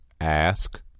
Ask